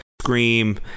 Scream